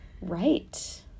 right